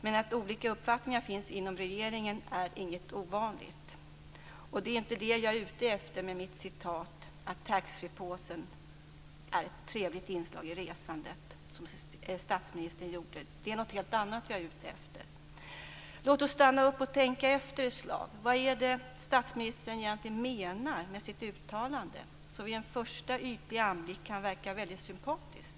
Men att olika uppfattningar finns inom regeringen är inget ovanligt, och det är inte det som jag är ute efter när jag nämner det uttalande som statsministern gjorde om att taxfreepåsen är ett trevligt inslag i resandet. Jag är ute efter någonting helt annat. Låt oss stanna upp och tänka efter ett slag! Vad är det statsministern egentligen menar med sitt uttalande som vid en första ytlig anblick kan verka mycket sympatiskt?